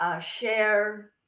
share